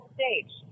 stage